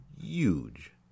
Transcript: huge